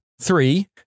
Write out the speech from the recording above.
Three